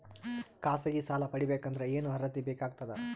ಖಾಸಗಿ ಸಾಲ ಪಡಿಬೇಕಂದರ ಏನ್ ಅರ್ಹತಿ ಬೇಕಾಗತದ?